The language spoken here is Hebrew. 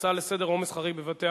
ההצעות לסדר: עומס חריג בבתי-החולים,